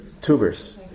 Tubers